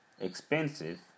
expensive